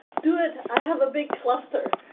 do it. i have a big cluster.